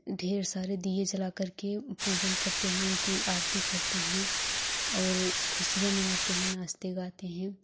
ढेर सारे दीये जला करके पूजन करते है उनकी आरती करते हें और खुशियाँ मनाते हें नाचते गाते हें